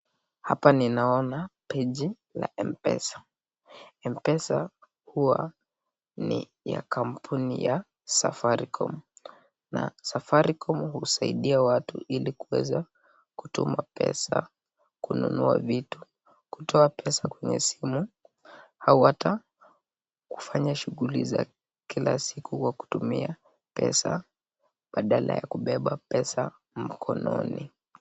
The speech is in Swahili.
Hapa ninaona peji la M-Pesa. M-Pesa huwa ni ya kampuni ya Safaricom. Na Safaricom husaidia watu ili kuweza kutuma pesa, kununua vitu, kutoa pesa kwenye simu au hata kufanya shughuli za kila siku kwa kutumia pesa badala ya kubeba pesa mkononi.